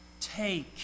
take